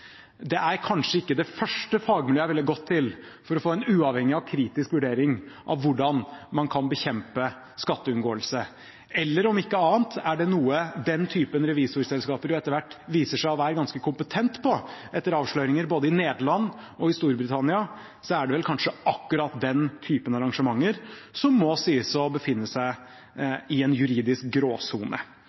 er kanskje ikke det første fagmiljøet jeg ville gått til for å få en uavhengig og kritisk vurdering av hvordan man kan bekjempe skatteunngåelse. Eller om ikke annet: Er det noe den typen revisorselskaper etter hvert viser seg å være ganske kompetente på – etter avsløringer både i Nederland og i Storbritannia – så er det vel kanskje akkurat den typen arrangementer, som må sies å befinne seg i en juridisk gråsone.